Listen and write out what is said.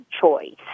choice